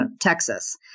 Texas